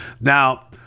Now